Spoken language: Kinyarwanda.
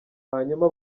hanyuma